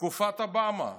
תקופת אובמה,